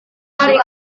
hari